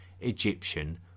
egyptian